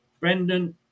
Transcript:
Brendan